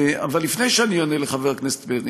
אבל לפני שאני אענה לחבר הכנסת פרי,